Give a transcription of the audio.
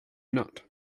not